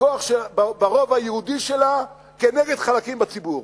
ברוב היהודי שלה, נגד חלקים בציבור.